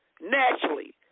naturally